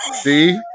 see